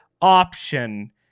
option